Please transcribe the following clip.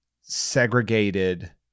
segregated